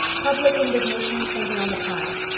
public indignation centered on the pyes.